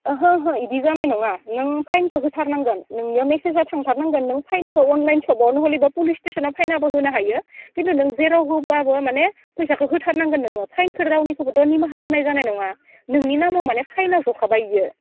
ओहो ओहो बिदि जानाय नङा नों फाइनखौ होथारनांगोन नोंनिया मेसेजआ थांथारनांगोन नों फाइखौ अनलाइन एपआवनो नहलेबा पलिस स्थेसनावबो फैनाबो होनो हायो खिन्थु नों जेराव होबाबो माने फैसाखौ होथारनांगोन नोङो फाइनखौ रावनिखौबो निमाहा होनाय जानाय नङा नोंनि नामाव माने फाइना जखाबाय बेयो